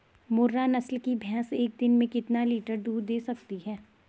मुर्रा नस्ल की भैंस एक दिन में कितना लीटर दूध दें सकती है?